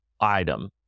item